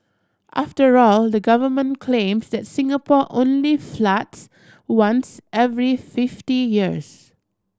after all the government claims that Singapore only floods once every fifty years